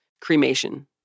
cremation